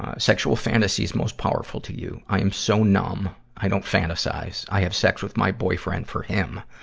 sexual fantasies most powerful to you i am so numb, i don't fantasize. i have sex with my boyfriend for him.